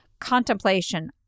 contemplation